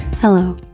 Hello